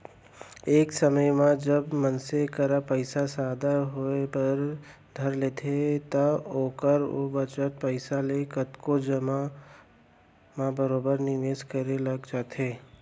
एक समे म जब मनसे करा पइसा जादा होय बर धर लेथे त ओहर ओ बचत पइसा ले कतको जघा म बरोबर निवेस करे लग जाथे